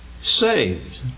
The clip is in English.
saved